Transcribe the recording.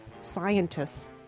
scientists